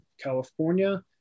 California